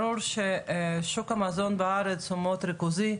ברור ששוק המזון בארץ הוא מאוד ריכוזי,